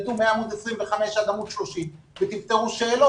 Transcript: ושילמדו מעמוד 25 עד עמוד 30 ו שיפתרו שאלות.